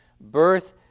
birth